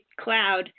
cloud